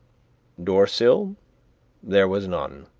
doorsill there was none,